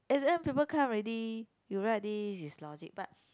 exam paper come already you write this is logic but